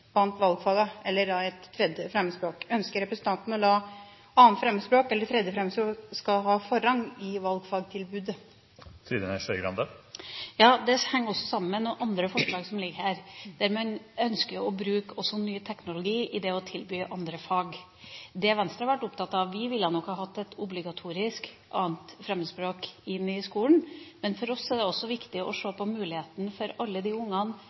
et 3. fremmedspråk? Ønsker representanten at 2. fremmedspråk, eller et 3. fremmedspråk, skal ha forrang i valgfagtilbudet? Det forslaget henger sammen med noen andre forslag som ligger her. Vi ønsker å bruke ny teknologi for å tilby andre fag. Vi i Venstre ville nok hatt et obligatorisk 2. fremmedspråk inn i skolen, men for oss er det også viktig å se på muligheten for at alle de ungene